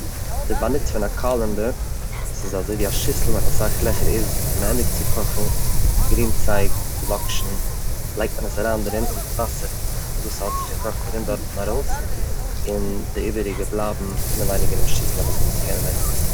די באנוץ פון א קאלענדער, ס'איז אזוי ווי א שיסל מיט אסאך לעכער איז, ווען מען ענדיגט צו קאכן גרינצייג, לאקשן לייגט מען עס אריין דערין, און די וואסער וואס האט זיך געקאכט רינט דארטן ארויס און די איבעריגע בלייבן אינעוויניג אינעם שיסל אז מען זאל עס קענען עסן.